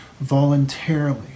voluntarily